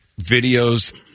videos